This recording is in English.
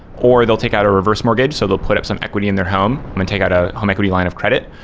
or they'll take out a reverse mortgage. so they'll put up some equity in their home and take out a home equity line of credit.